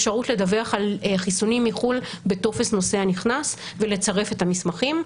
אפשרות לדווח על חיסונים מחו"ל בטופס "נוסע נכנס" ולצרף את המסמכים,